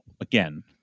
again